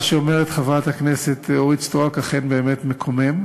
מה שאומרת חברת הכנסת אורית סטרוק אכן באמת מקומם.